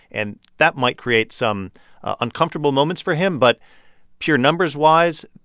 and that might create some uncomfortable moments for him, but pure numbers-wise,